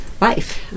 life